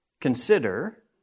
consider